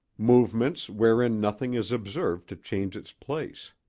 movements wherein nothing is observed to change its place.